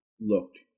looked